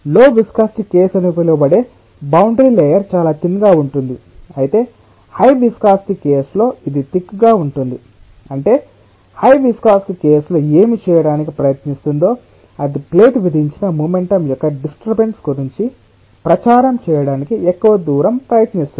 లో viscosity case అని పిలవబడే బౌండరీ లేయర్ చాలా తిన్ గా ఉంటుంది అయితే హై విస్కాసిటి కేస్లో ఇది థిక్ గా ఉంటుంది అంటే హై విస్కాసిటి కేస్లో ఏమి చేయటానికి ప్రయత్నిస్తుందో అది ప్లేట్ విధించిన మొమెంటం యొక్క డిస్టర్బన్స్ గురించి ప్రచారం చేయడానికి ఎక్కువ దూరం ప్రయత్నిస్తుంది